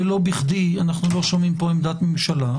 ולא בכדי אנחנו לא שומעים פה עמדת ממשלה,